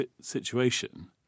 situation